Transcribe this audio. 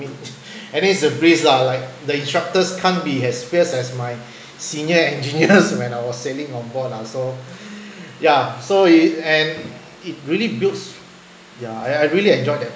N_S is a breeze lah like the instructors can't be as fierce as my senior engineers and when I was sailing onboard lah so ya so uh and it really builds yeah I really enjoyed that